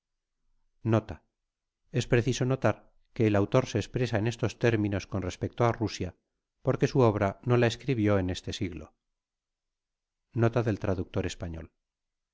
es preciso notar que el autor se espresa en estos terminos con respecto a la rusia porque su obra no la escribio en este siglo nota del t e